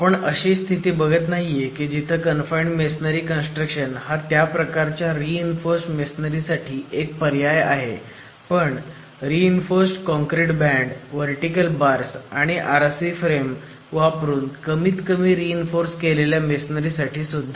आपण अशी स्थिति बघत नाहीये की जिथे कनफाईण्ड मेसोनरी कन्स्ट्रक्शन हा त्या प्रकारच्या रि इन्फोर्स्ड मेसोनरी साठी एक पर्याय आहे पण reinforced concrete band vertical bars आणि आरसी फ्रेम वापरुन कमीत कमी रि इन्फोर्स केलेल्या मेसोनरी साठी सुद्धा